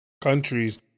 countries